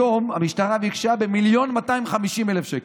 היום המשטרה ביקשה במיליון ו-250,000 מיליון שקל,